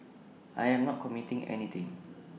I am not committing anything